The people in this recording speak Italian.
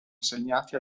assegnati